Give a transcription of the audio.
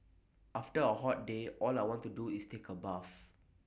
after A hot day all I want to do is take A bath